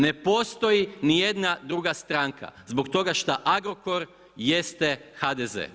Ne postoji ni jedna druga stranka, zbog toga što Agrokor jeste HDZ.